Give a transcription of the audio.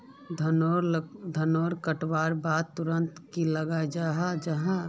धानेर कटवार बाद तुरंत की लगा जाहा जाहा?